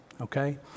okay